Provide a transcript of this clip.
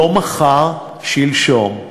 לא מחר, שלשום.